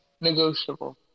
negotiable